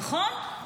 נכון?